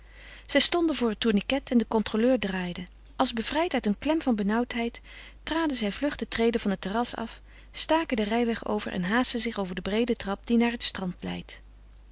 zij stonden voor het tourniquet en de controleur draaide als bevrijd uit een klem van benauwdheid traden zij vlug de treden van het terras af staken den rijweg over en haastten zich over de breede trap die naar het strand leidt